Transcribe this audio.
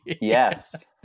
Yes